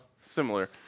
similar